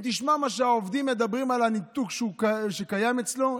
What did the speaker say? אם תשמע מה שהעובדים אומרים על הניתוק שקיים אצלו,